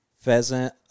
Pheasant